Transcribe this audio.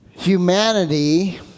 humanity